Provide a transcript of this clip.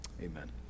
Amen